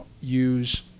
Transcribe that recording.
use